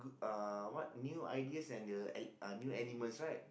g~ uh what new ideas and the el~ new elements right